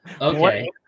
Okay